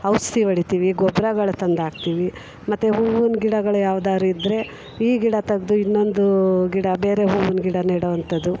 ಔಷ್ಧಿ ಹೊಡಿತೀವಿ ಗೊಬ್ರಗಳು ತಂದು ಹಾಕ್ತೀವಿ ಮತ್ತೆ ಹೂವಿನ ಗಿಡಗಳು ಯಾವ್ದಾದ್ರು ಇದ್ದರೆ ಈ ಗಿಡ ತೆಗ್ದು ಇನ್ನೊಂದು ಗಿಡ ಬೇರೆ ಹೂವಿನ ಗಿಡ ನೆಡುವಂಥದ್ದು